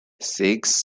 six